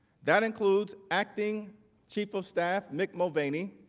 that includes acting chief of staff mick mulvaney,